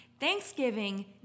Thanksgiving